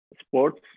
sports